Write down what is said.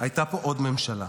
הייתה פה עוד ממשלה,